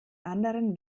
anderen